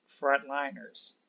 frontliners